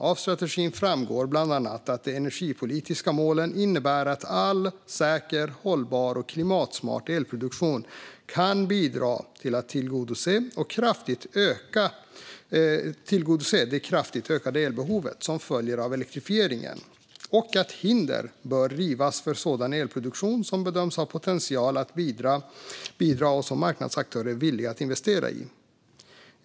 Av strategin framgår bland annat att de energipolitiska målen innebär att all säker, hållbar och klimatsmart elproduktion kan bidra till att tillgodose det kraftigt ökade elbehov som följer av elektrifieringen och att hinder bör rivas för sådan elproduktion som bedöms ha potential att bidra och som marknadsaktörer är villiga att investera i.